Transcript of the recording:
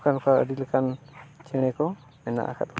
ᱚᱱᱠᱟ ᱞᱮᱠᱟ ᱟᱹᱰᱤ ᱞᱮᱠᱟᱱ ᱪᱮᱬᱮ ᱠᱚ ᱢᱮᱱᱟᱜ ᱟᱠᱟᱫ ᱠᱚᱣᱟ